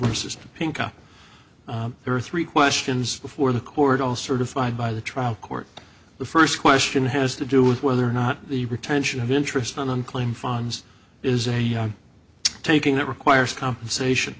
pink up there are three questions before the court all certified by the trial court the first question has to do with whether or not the retention of interest on unclaimed funds is a taking that requires compensation